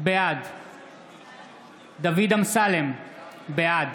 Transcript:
בעד דוד אמסלם, בעד